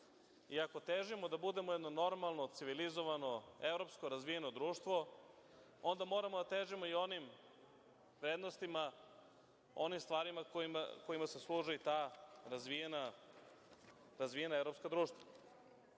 ako težimo da budemo jedno normalno, civilizovano, evropsko razvijeno društvo, onda moramo da težimo i onim vrednostima, onim stvarima kojima se služe ta razvijena evropska društva. Recimo,